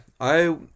I